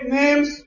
names